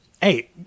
hey